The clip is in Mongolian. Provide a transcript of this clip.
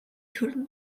төрнө